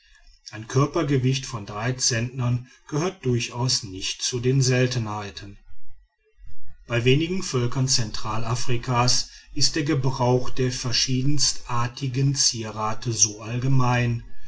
ein körpergewicht von drei zentnern gehört durchaus nicht zu den seltenheiten bei wenigen völkern zentralafrikas ist der gebrauch der verschiedenartigsten zierate so allgemein